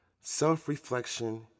Self-reflection